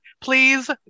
please